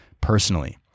personally